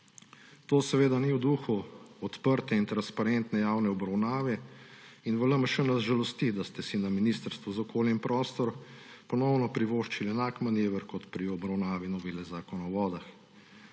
To seveda ni v duhu odprte in transparentne javne obravnave in v LMŠ nas žalosti, da ste si na Ministrstvu za okolje in prostor ponovno privoščili enak manever kot pri obravnavi novele Zakona o vodah.